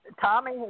Tommy